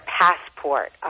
passport